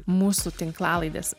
mūsų tinklalaidės